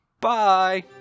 Bye